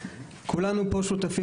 כולנו פה שותפים,